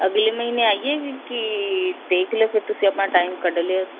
ਅਗਲੇ ਮਹੀਨੇ ਆਈਏ ਜੀ ਕੀ ਦੇਖ ਲਿਓ ਫਿਰ ਤੁਸੀਂ ਆਪਣਾ ਟਾਇਮ ਕੱਢ ਲਿਓ